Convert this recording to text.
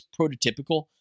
prototypical